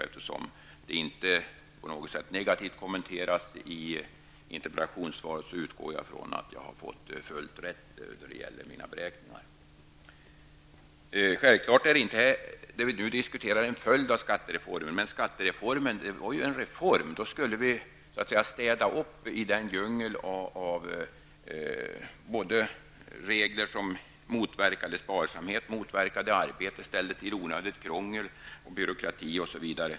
Eftersom det inte på något sätt kommenteras negativt i interpellationssvaret utgår jag från att jag har fått fullt rätt i mina beräkningar. Självfallet är det vi diskuterar en följd av skattereformen. Men skattereformen var en reform som skulle städa upp i djungeln av regler som motverkade sparsamhet, arbete, ställde till onödigt krångel och byråkrati osv.